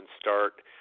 start